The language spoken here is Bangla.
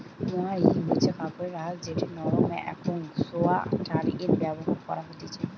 মোহাইর হচ্ছে কাপড়ের আঁশ যেটি নরম একং সোয়াটারে ব্যবহার করা হতিছে